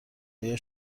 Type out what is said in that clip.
آیا